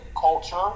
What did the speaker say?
culture